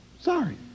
sorry